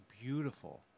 beautiful